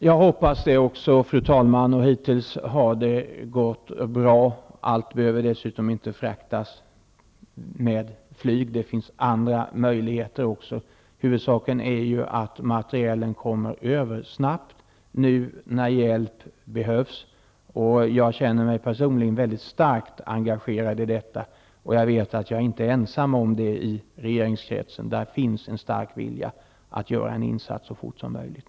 Fru talman! Jag hoppas också att det skall gå bra, som det har gjort hittills. Allt behöver dessutom inte fraktas med flyg, utan det finns andra möjligheter. Huvudsaken är att materielen kommer över snabbt, nu när hjälp behövs. Jag känner mig personligen starkt engagerad i detta, och jag vet att jag inte är ensam om det i regeringskretsen -- där finns en stark vilja att göra en insats så fort som möjligt.